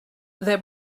there